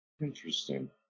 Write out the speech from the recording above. Interesting